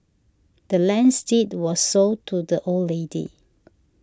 the land's deed was sold to the old lady